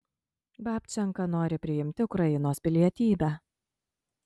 babčenka nori priimti ukrainos pilietybę